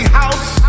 house